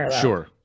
sure